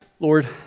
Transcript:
Lord